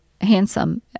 handsome